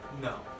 No